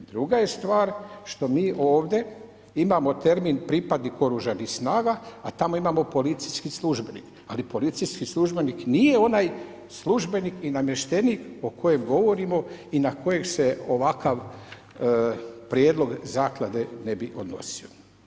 Druga je stvar što mi ovdje imamo termin „pripadnik OS-a“ a tamo imamo policijski službenik ali policijski službenik nije onaj službenik i namještenik o kojem govorimo i na kojeg se ovakav prijedlog zakade ne bi odnosio.